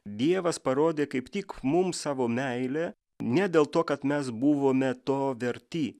dievas parodė kaip tik mums savo meilę ne dėl to kad mes buvome to verti